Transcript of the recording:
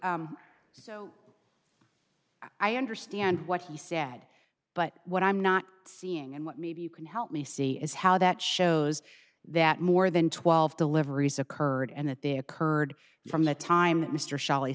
so i understand what he said but what i'm not seeing and what maybe you can help me see is how that shows that more than twelve deliveries occurred and that they occurred from the time mr shelley